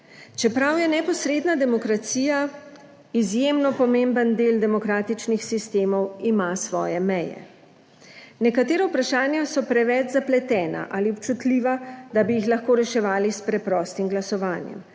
Čeprav je neposredna demokracija izjemno pomemben del demokratičnih sistemov, ima svoje meje. Nekatera vprašanja so preveč zapletena ali občutljiva, da bi jih lahko reševali s preprostim glasovanjem,